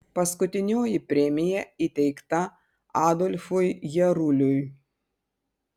paskutinioji premija įteikta adolfui jaruliui